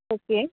okay